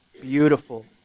beautiful